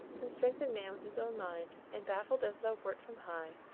and strengthen man with his own mind. and, baffled as thou wert from high,